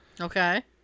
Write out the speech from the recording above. Okay